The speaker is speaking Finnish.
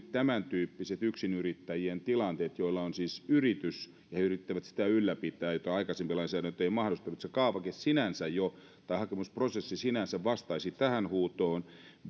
tämäntyyppiset yksinyrittäjien tilanteet kun heillä on siis yritys ja he yrittävät sitä ylläpitää mitä aikaisempi lainsäädäntö ei mahdollistanut se kaavake sinänsä jo tai hakemusprosessi sinänsä vastaisi tähän huutoon ja että